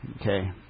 Okay